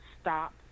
stop